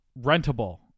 rentable